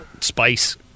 spice